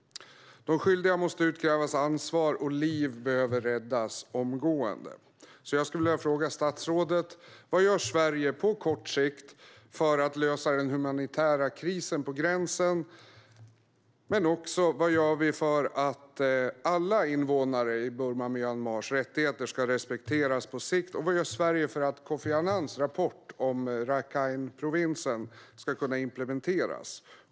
De skyldiga måste utkrävas ansvar, och liv behöver omgående räddas. Vad gör Sverige på kort sikt för att lösa den humanitära krisen vid gränsen? Vad gör vi för att alla invånares rättigheter ska respekteras på sikt i Burma/Myanmar? Vad gör Sverige för att Kofi Annans rapport om Rakhineprovinsen ska kunna implementeras?